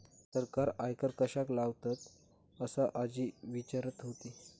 सरकार आयकर कश्याक लावतता? असा आजी विचारत होती